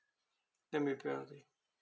there may be penalty